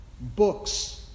books